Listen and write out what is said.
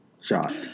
shot